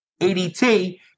ADT